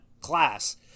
class